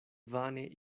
vane